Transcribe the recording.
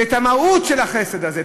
ואת המהות של החסד הזה,